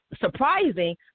surprising